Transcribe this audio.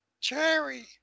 Cherry